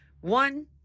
One